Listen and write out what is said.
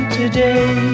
today